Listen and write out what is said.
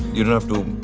you don't have to.